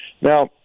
Now